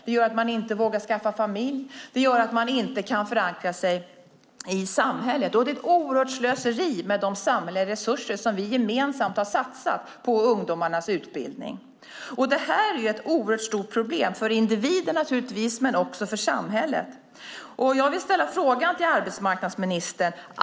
Det gör att man inte vågar skaffa familj och att man inte kan förankra sig i samhället. Det är ett oerhört slöseri med de samhälleliga resurser som vi gemensamt har satsat på ungdomarnas utbildning. Detta är naturligtvis ett oerhört stort problem för individen, men också för samhället. Jag vill ställa en fråga till arbetsmarknadsministern.